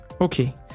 Okay